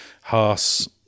Haas